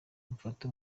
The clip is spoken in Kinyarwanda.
mufate